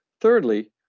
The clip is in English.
Thirdly